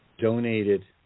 donated